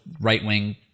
right-wing